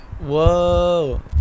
Whoa